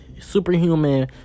superhuman